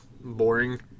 boring